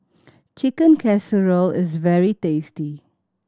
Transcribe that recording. Chicken Casserole is very tasty